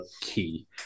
key